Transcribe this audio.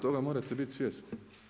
Toga morate biti svjesni.